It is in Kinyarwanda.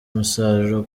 umusaruro